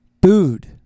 booed